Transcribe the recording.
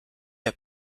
der